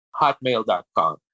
hotmail.com